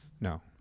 No